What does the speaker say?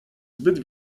zbyt